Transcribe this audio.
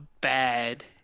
bad